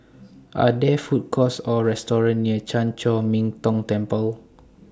Are There Food Courts Or Restaurant near Chan Chor Min Tong Temple